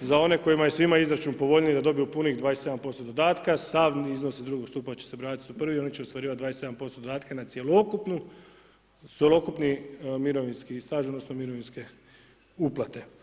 za one kojima je svima izračun povoljniji da dobiju punih 27% dodatka, sav iznos iz drugog stupa će se vratiti u prvi i oni će ostvarivati 27% dodatka na cjelokupni mirovinski staž odnosno mirovinske uplate.